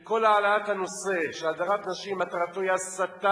לכך שכל העלאת הנושא של הדרת נשים מטרתה היא הסתה,